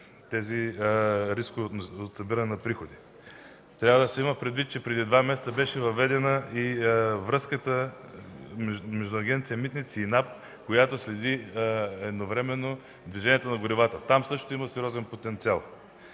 тези рискове от събиране на приходи. Трябва да се има предвид, че преди два месеца беше въведена и връзката между Агенция „Митници” и НАП, която следи едновременно движението на горивата. Там също има сериозен потенциал,